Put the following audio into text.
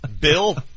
Bill